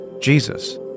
Jesus